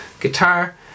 guitar